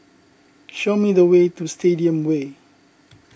show me the way to Stadium Way